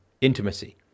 intimacy